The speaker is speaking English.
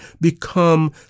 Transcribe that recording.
become